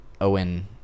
Owen